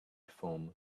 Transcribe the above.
foam